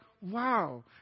wow